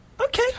Okay